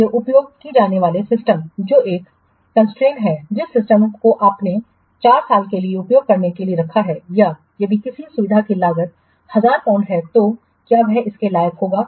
लिए उपयोग की जाने वाले सिस्टम जो एक कंस्ट्रेन है जिस सिस्टम को आपने 4 साल के लिए उपयोग करने के लिए रखा है या यदि किसी सुविधा की लागत 1000 पाउंड है तो क्या इसके लायक होगा